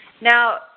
Now